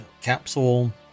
capsule